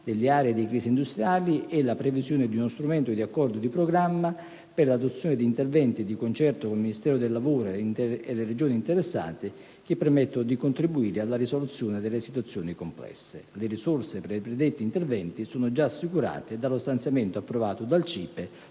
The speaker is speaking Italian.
delle aree di crisi industriali, e la previsione di uno strumento di accordi di programma per l'adozione di interventi, di concerto con il Ministero del lavoro e le Regioni interessate, che permettano di contribuire alla risoluzione delle situazioni complesse. Le risorse per i predetti interventi sono già assicurate dallo stanziamento approvato dal CIPE